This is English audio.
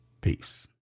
Peace